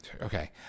Okay